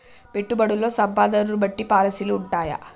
పెట్టుబడుల్లో సంపదను బట్టి పాలసీలు ఉంటయా?